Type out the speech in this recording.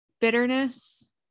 Bitterness